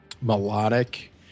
melodic